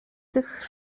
tych